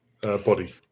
Body